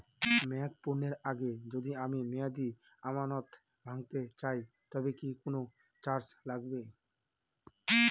মেয়াদ পূর্ণের আগে যদি আমি মেয়াদি আমানত ভাঙাতে চাই তবে কি কোন চার্জ লাগবে?